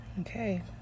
Okay